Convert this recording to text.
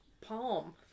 palm